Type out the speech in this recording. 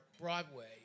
Broadway